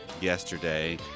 Yesterday